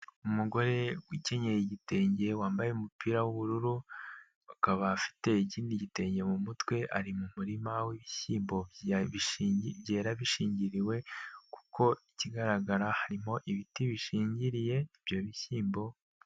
Umugore ukenye igitenge wambaye umupira w'ubururu, akaba afite ikindi gitenge mu mutwe, ari mu murima w'ibishyimbo bigi byera bishingiriwe kuko ikigaragara harimo ibiti bishingiriye ibyo bishyimbo.